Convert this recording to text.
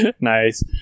Nice